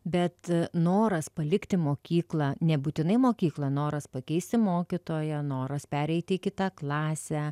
bet noras palikti mokyklą nebūtinai mokyklą noras pakeisti mokytoją noras pereiti į kitą klasę